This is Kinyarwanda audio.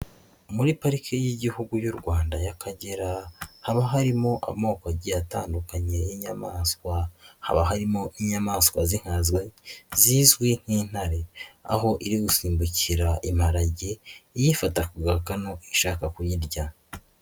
Muri pariki y'igihugu y'u Rwanda y'Akagera haba harimo amoko agiye atandukanye y'inyamaswa, haba harimo inyamaswa z'inka zizwi nk'intare, aho iri gusimbukira imparage iyifata ku gakano ishaka kuyirya.